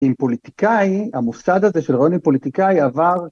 ‫עם פוליטיקאי, המוסד הזה ‫של רויינל פוליטיקאי עבר...